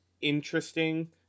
interesting